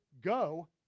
Go